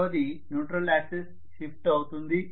రెండవది neutral axis shift అవుతుంది